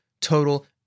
total